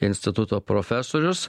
instituto profesorius